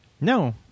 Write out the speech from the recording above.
no